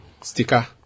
Sticker